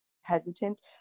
hesitant